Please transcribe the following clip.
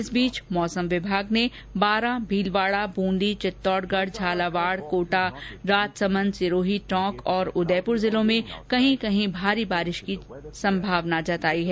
इस बीच मौसम विभाग ने बारा भीलवाड़ा बूंदी चित्तौडगढ़ झालावाड़ कोटा राजसमंद सिरोही टोंक और उदयपुर जिलों में कहीं कहीं भारी बारिश की संभावना जताई है